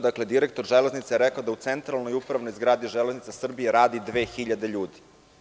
Dakle, direktor „Železnica“ je rekao da u centralnoj upravnoj zgradi „Železnica Srbije“ radi 2.000 ljudi.